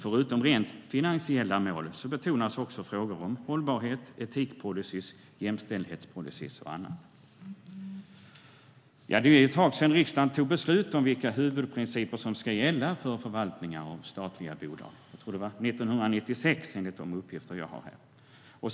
Förutom rent finansiella mål betonas också frågor om hållbarhet, etikpolicyer, jämställdhetspolicyer och annat. Det är ett tag sedan riksdagen tog beslut om vilka huvudprinciper som ska gälla för förvaltningen av statliga bolag. Enligt de uppgifter jag har var det 1996.